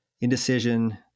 indecision